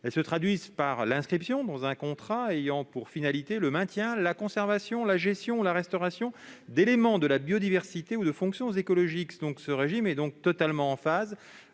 Elles se traduisent par l'inscription dans un contrat d'obligations ayant pour finalité le maintien, la conservation, la gestion ou la restauration d'éléments de la biodiversité ou de fonctions écologiques. Ce régime est donc totalement en phase